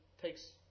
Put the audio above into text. takes